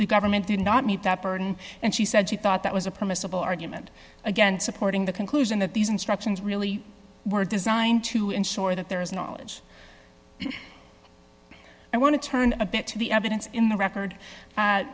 the government did not meet that burden and she said she thought that was a permissible argument again supporting the conclusion that these instructions really were designed to ensure that there is knowledge i want to turn a bit to the evidence in the record